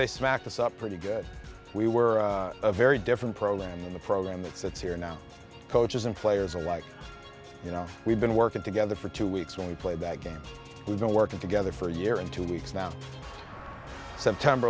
they smacked us up pretty good we were a very different program in the program that sits here now coaches and players alike you know we've been working together for two weeks when we played that game we've been working together for a year and two weeks now september